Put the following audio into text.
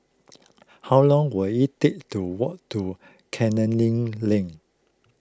how long will it take to walk to Canning Lane